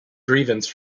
grievance